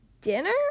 Dinner